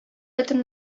этом